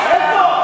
איפה?